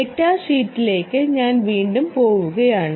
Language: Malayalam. ഡാറ്റാ ഷീറ്റിലേക്ക് ഞാൻ വീണ്ടും പോകുകയാണ്